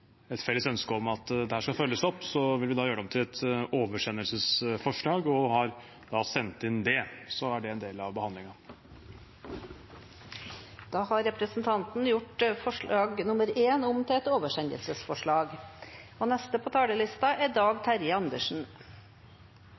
et felles ønske at dette skal følges opp, vil vi gjøre det om til et oversendelsesforslag. Vi har gjort det om i tråd med det, og så er det en del av behandlingen. Da har representanten Bjørnar Moxnes gjort forslag nr. 1 om til et oversendelsesforslag.